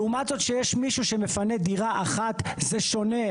לעומת זאת, כשיש מישהו שמפנה דירה אחת, זה שונה.